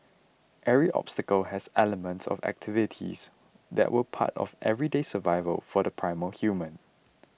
each obstacle has elements of activities that were part of everyday survival for the primal human